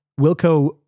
Wilco